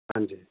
ਹਾਂਜੀ